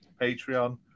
patreon